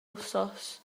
wythnos